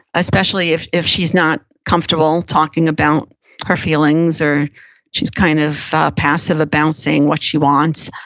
especially if if she's not comfortable talking about her feelings, or she's kind of passive about saying what she wants.